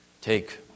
take